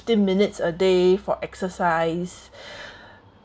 fifteen minutes a day for exercise